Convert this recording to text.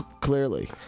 clearly